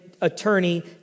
attorney